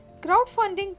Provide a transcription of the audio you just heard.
crowdfunding